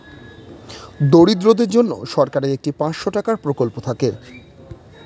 দরিদ্রদের জন্য সরকারের একটি পাঁচশো টাকার প্রকল্প থাকে